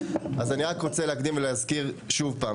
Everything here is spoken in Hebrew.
אז אני רק רוצה להקדים ולהזכיר שוב פעם,